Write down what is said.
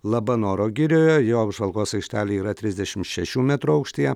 labanoro girioje jo apžvalgos aikštelė yra trisdešimt šešių metrų aukštyje